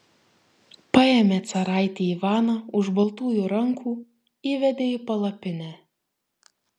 paėmė caraitį ivaną už baltųjų rankų įvedė į palapinę